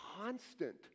constant